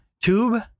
tube